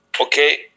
okay